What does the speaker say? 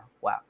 wow